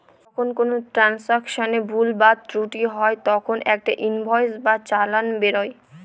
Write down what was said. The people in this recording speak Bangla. যখন কোনো ট্রান্সাকশনে ভুল বা ত্রুটি হয় তখন একটা ইনভয়েস বা চালান বেরোয়